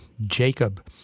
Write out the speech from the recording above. Jacob